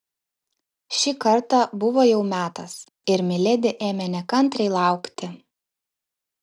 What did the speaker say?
šį kartą buvo jau metas ir miledi ėmė nekantriai laukti